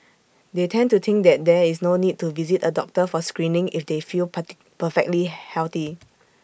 they tend to think that there is no need to visit A doctor for screening if they feel part perfectly healthy